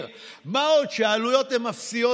מה עוד שהעלויות הן אפסיות.